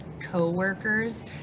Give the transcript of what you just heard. coworkers